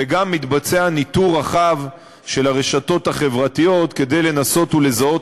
וגם מתבצע ניטור רחב של הרשתות החברתיות כדי לנסות ולזהות